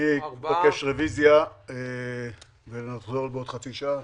אני מבקש רוויזיה ונחזור בעוד חצי שעה.